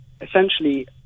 Essentially